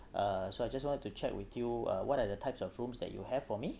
uh so I just wanted to check with you uh what are the types of rooms that you have for me